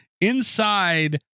inside